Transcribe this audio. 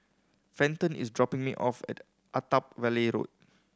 Fenton is dropping me off at Attap Valley Road